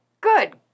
good